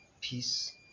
peace